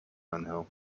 einher